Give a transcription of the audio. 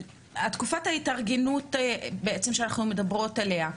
לתקופת ההתארגנות שאנחנו בעצם מדברות עליה,